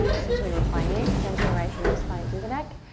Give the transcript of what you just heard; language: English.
essentially we're finding extension right through the spine, through the neck.